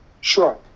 Sure